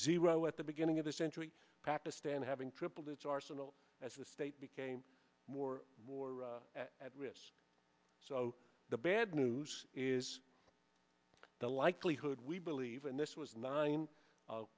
zero at the beginning of this century pakistan having tripled its arsenal as the state became more war at risk so the bad news is the likelihood we believe and this was nine